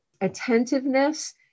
attentiveness